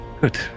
Good